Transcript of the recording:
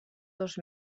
dos